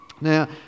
Now